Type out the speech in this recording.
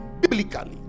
biblically